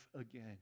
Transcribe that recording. again